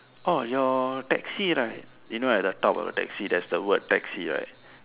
oh your taxi right you know at the top of the taxi there's the word taxi right